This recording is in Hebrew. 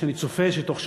שאני צופה שבתוך שנה,